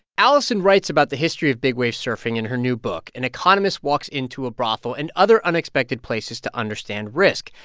allison writes about the history of big-wave surfing in her new book an economist walks into a brothel and other unexpected places to understand risk.